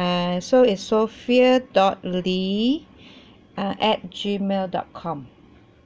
err so it's sophia dot ludie uh at gmail dot com